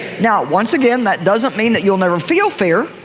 now, once again, that doesn't mean that you'll never feel fear,